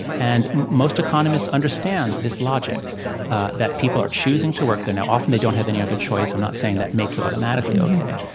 and most economists understand this logic that people are choosing to work there. now, often, they don't have any other choice. i'm not saying that makes it automatically ok.